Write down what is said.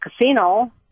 casino